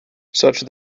such